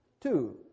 Two